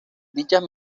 dichas